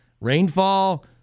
rainfall